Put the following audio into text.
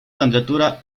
candidatura